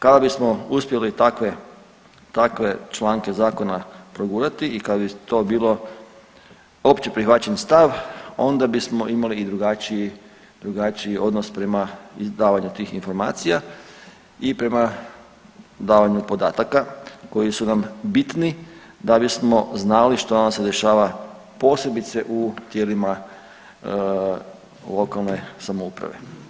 Kada bismo uspjeli takve, takve članke zakona progurati i kad bi to bilo opće prihvaćen stav onda bismo imali i drugačiji, drugačiji odnos prema davanju tih informacija i prema davanju podataka koji su nam biti da bismo znali što nam se dešava posebice u tijelima lokalne samouprave.